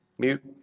Mute